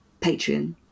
Patreon